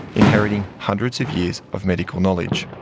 inheriting hundreds of years of medical knowledge.